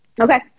Okay